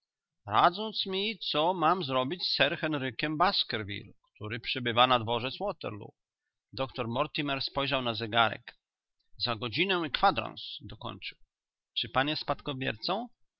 radząc mi co mam zrobić z sir henrykiem baskerville który przybywa na dworzec waterloo doktor mortimer spojrzał na zegarek za godzinę i kwadrans dokończył czy on jest spadkobiercą